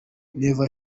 never